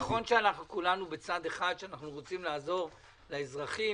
נכון שכולנו רוצים לעזור לאזרחים,